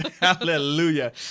Hallelujah